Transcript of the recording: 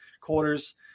quarters